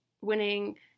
winning